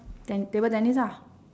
then table tennis ah